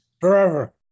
Forever